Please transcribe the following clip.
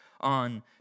on